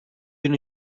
bin